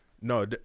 No